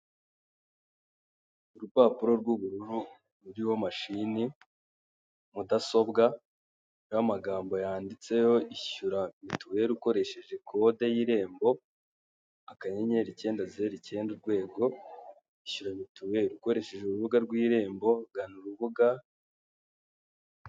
Urupapuro rw'ubururu rurimo mashini, mudasobwa, n'amagambo yanditseho ishyura mituweli ukoresheje kode y'irembo, akanyenyeri icyendaze, zero, icyenda, urwego, ishyura mituweli ukoresheje urubuga rw'irembo, gana urubuga.